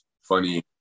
funny